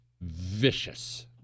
vicious